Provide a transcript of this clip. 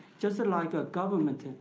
just like ah government,